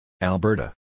Alberta